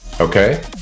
Okay